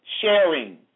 Sharing